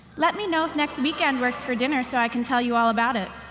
let me know if next weekend works for dinner so i can tell you all about it.